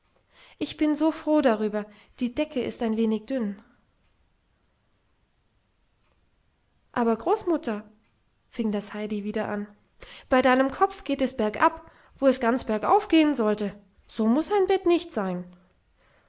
ich bin so froh darüber die decke ist ein wenig dünn aber großmutter fing das heidi wieder an bei deinem kopf geht es bergab wo es ganz bergauf gehen sollte so muß ein bett nicht sein